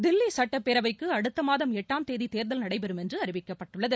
தில்லி சுட்டப்பேரவைக்கு அடுத்த மாதம் எட்டாம் தேதி தேர்தல் நடைபெறும் என்று அறிவிக்கப்பட்டுள்ளது